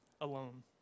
alone